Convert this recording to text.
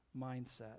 mindset